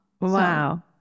wow